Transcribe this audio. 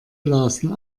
lasen